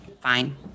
Fine